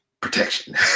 protection